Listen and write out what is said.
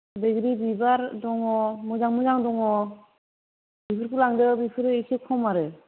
बैग्रि बिबार दङ मोजां मोजां दङ बेफोरखौ लांदो बेफोर एसे खम आरो